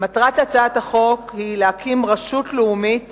מטרת הצעת החוק היא להקים רשות לאומית